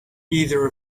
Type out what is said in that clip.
either